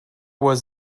was